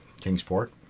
kingsport